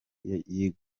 yiga